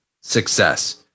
success